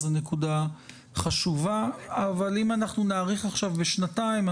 זאת נקודה חשובה אבל אם אנחנו נאריך עכשיו בשנתיים,